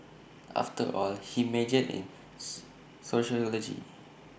after all he majored in sociology